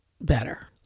better